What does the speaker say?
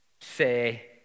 say